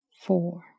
four